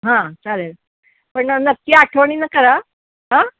हां चालेल पण नक्की आठवणीनं करा हां